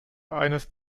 eines